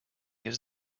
his